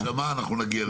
הערתך נרשמה, נגיע לזה.